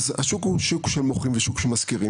אז השוק הוא שוק של מוכרים והוא שוק של משכירים